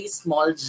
small